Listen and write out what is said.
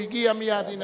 הוא הגיע מייד.